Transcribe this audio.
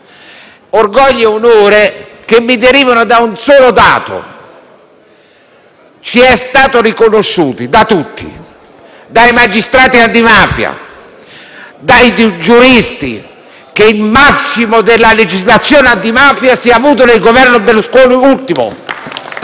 del mio Gruppo e ciò mi deriva da un solo dato: ci è stato riconosciuto da tutti, dai magistrati antimafia e dai giuristi, che il massimo della legislazione antimafia si è avuto con l'ultimo Governo Berlusconi.